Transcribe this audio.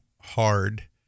hard